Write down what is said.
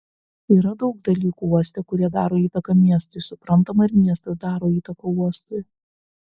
yra daug dalykų uoste kurie daro įtaką miestui suprantama ir miestas daro įtaką uostui